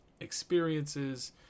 experiences